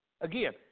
Again